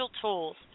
tools